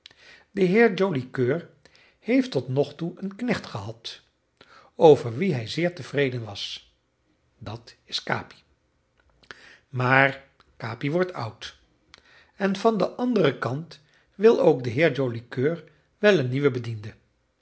de heer joli coeur heeft tot nogtoe een knecht gehad over wien hij zeer tevreden was dat is capi maar capi wordt oud en van den anderen kant wil ook de heer joli coeur wel een nieuwen bediende